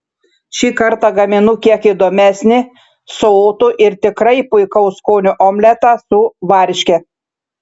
šį kartą gaminu kiek įdomesnį sotų ir tikrai puikaus skonio omletą su varške